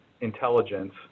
intelligence